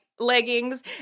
leggings